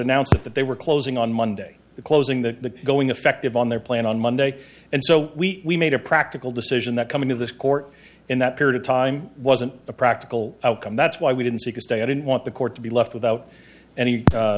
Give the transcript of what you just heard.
announced that they were closing on monday the closing the going effective on their plan on monday and so we made a practical decision that coming to this court in that period of time wasn't a practical outcome that's why we didn't seek a stay i didn't want the court to be left without any